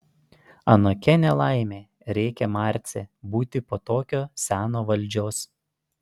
anokia ne laimė rėkė marcė būti po tokio seno valdžios